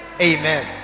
Amen